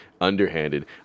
underhanded